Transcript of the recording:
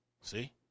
See